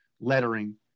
lettering